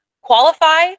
qualify